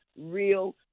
real